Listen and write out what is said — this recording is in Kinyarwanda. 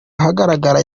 ahagaragara